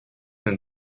and